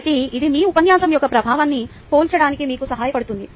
కాబట్టి ఇది మీ ఉపన్యాసం యొక్క ప్రభావాన్ని పోల్చడానికి మీకు సహాయపడుతుంది